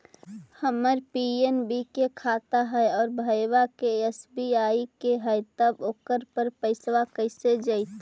हमर पी.एन.बी के खाता है और भईवा के एस.बी.आई के है त ओकर पर पैसबा कैसे जइतै?